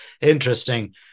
interesting